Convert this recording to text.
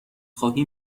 خواهی